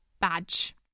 badge